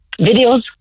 videos